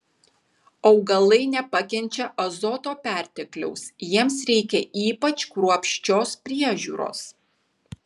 augalai nepakenčia azoto pertekliaus jiems reikia ypač kruopščios priežiūros